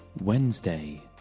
wednesday